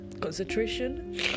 Concentration